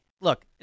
Look